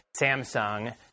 Samsung